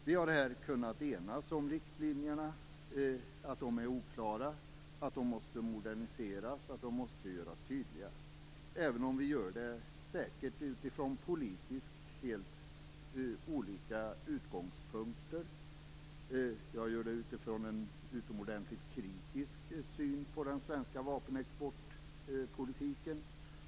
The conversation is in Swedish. Vi har här kunnat enas om att riktlinjerna är oklara, att de måste moderniseras och att de måste göras tydliga, även om vi säkert gör det utifrån helt olika politiska utgångspunkter. Jag gör det utifrån en utomordentligt kritisk syn på den svenska vapenexportpolitiken.